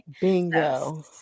Bingo